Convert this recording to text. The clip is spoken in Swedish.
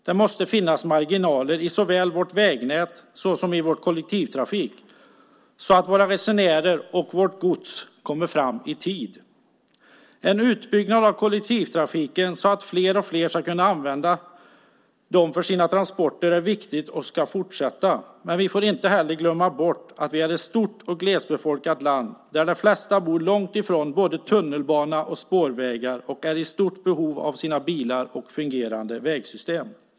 Det måste finnas marginaler i såväl vårt vägnät som vår kollektivtrafik så att resenärer och gods kommer fram i tid. En utbyggnad av kollektivtrafiken så att flera kan använda den för sina transporter är viktig och den ska fortsätta. Men vi får inte glömma bort att vi är ett stort och glesbefolkat land där de flesta bor långt från tunnelbana och spårvägar och är i stort behov av sina bilar och fungerande vägsystem.